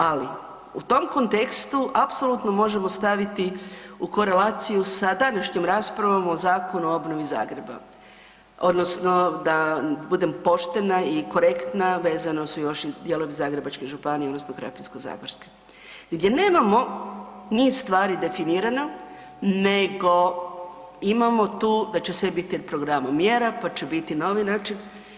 Ali u tom kontekstu apsolutno možemo staviti u korelaciju sa današnjom raspravom o Zakonu o obnovi Zagreba odnosno da budem poštena i korektna vezana su još i dijelom Zagrebačke županije odnosno Krapinsko-zagorske, gdje nemamo niz stvari definirano, nego imamo to da će sve biti u programu mjera, pa će biti novi način.